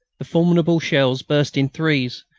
the formidable shells burst in threes.